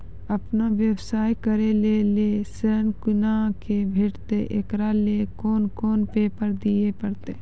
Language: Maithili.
आपन व्यवसाय करै के लेल ऋण कुना के भेंटते एकरा लेल कौन कौन पेपर दिए परतै?